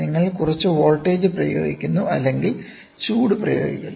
നിങ്ങൾ കുറച്ച് വോൾട്ടേജ് പ്രയോഗിക്കുന്നു അല്ലെങ്കിൽ ചൂട് പ്രയോഗിക്കുന്നു